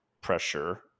pressure